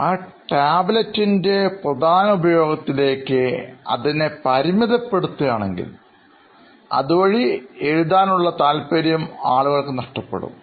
ആ ടാബ്ലെറ്റിന്റെ പ്രധാന ഉപയോഗത്തിലേക്ക് അതിന് പരിമിതപ്പെടുത്തുകയാണെങ്കിൽ ഇതുവഴി എഴുതാനുള്ള താല്പര്യം ആളുകൾക്ക് നഷ്ടപ്പെടും